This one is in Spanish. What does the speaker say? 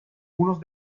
unos